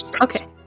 Okay